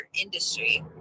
industry